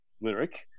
lyric